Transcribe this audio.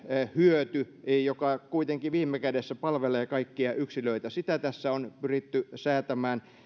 hyöty joka kuitenkin viime kädessä palvelee kaikkia yksilöitä sitä tässä on pyritty säätämään